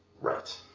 Right